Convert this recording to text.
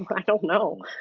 but i don't know.